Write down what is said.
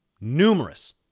Numerous